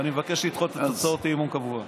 ואני מבקש לדחות את הצעות האי-אמון קבוע.